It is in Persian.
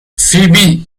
فیبی